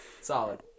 Solid